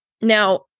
Now